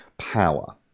Power